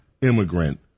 immigrant